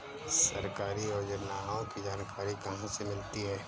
सरकारी योजनाओं की जानकारी कहाँ से मिलती है?